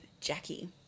Jackie